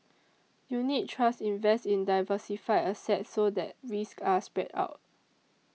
unit trusts invest in diversified assets so that risks are spread out